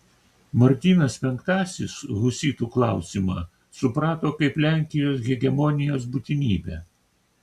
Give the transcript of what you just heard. martynas penktasis husitų klausimą suprato kaip lenkijos hegemonijos būtinybę